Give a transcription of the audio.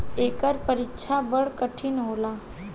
एकर परीक्षा बड़ा कठिन होला